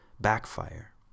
backfire